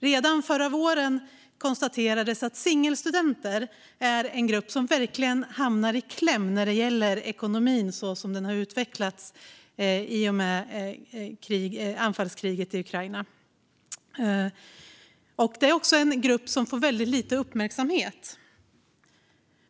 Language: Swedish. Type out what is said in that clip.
Redan förra våren konstaterades att singelstudenter är en grupp som hamnar i kläm när det gäller ekonomin så som den har utvecklats i och med anfallskriget i Ukraina. Det är en grupp som också får väldigt lite uppmärksamhet.